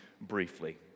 briefly